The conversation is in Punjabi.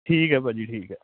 ਠੀਕ ਹੈ ਭਾਅ ਜੀ ਠੀਕ ਹੈ